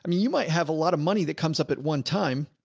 i mean you might have a lot of money that comes up at one time.